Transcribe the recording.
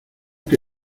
que